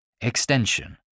extension